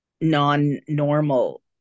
non-normal